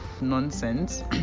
nonsense